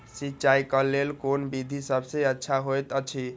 सिंचाई क लेल कोन विधि सबसँ अच्छा होयत अछि?